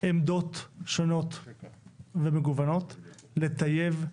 עמדות שונות ומגוונות, לטייב,